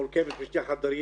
מורכבת משני חדרים,